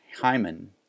Hyman